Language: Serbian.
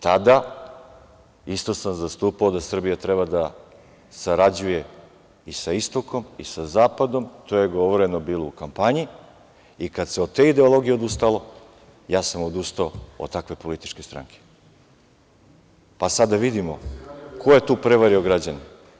Tada isto sam zastupao da Srbija treba da sarađuje i sa istokom i sa zapadom, to je govoreno bilo u kampanji i kada se od te ideologije odustalo, ja sam odustao od takve političke stranke, pa sada da vidimo ko je tu prevario građane?